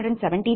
005218